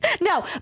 No